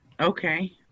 okay